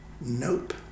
Nope